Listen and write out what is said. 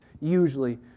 usually